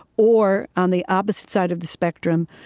or on the opposite side of the spectrum,